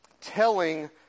telling